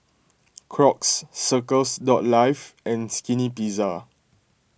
Crocs Circles Life and Skinny Pizza